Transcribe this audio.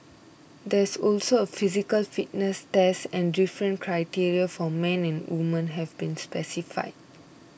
there is also a physical fitness test and different criteria for men and women have been specified